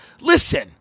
Listen